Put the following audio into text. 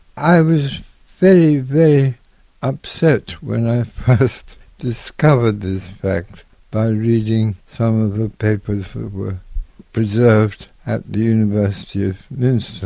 i was very, very upset when i first discovered this fact by reading some of the papers that were preserved at the university of munster,